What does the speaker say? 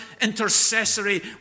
intercessory